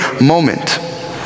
moment